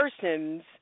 persons